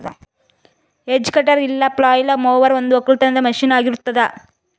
hedge cutter ಇಲ್ಲ flail mower ಒಂದು ಒಕ್ಕಲತನದ ಮಷೀನ್ ಆಗಿರತ್ತುದ್